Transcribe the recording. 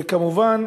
וכמובן